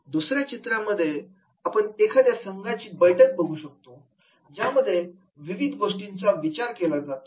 दुसऱ्या चित्रांमध्ये आपण एखाद्या संघाची बैठक बघु शकतो ज्यामध्ये विविध गोष्टींचा विचार केला जातो